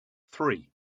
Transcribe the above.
three